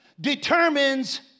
determines